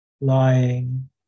lying